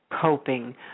coping